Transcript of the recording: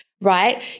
right